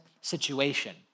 situation